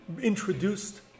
introduced